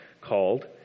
called